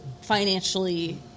financially